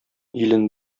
илен